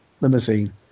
limousine